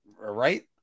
Right